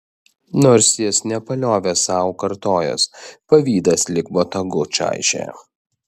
nors jis nepaliovė sau to kartojęs pavydas lyg botagu čaižė